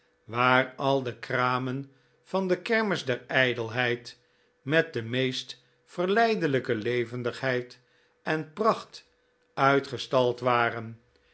waar al de kramen van de kermis der ijdelheid met de meest verleidelijke levendigheid en pracht uitgestald waren